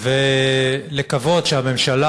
ולקוות שהממשלה,